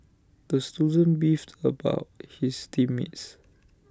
the student beefed about his team mates